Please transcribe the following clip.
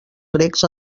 grecs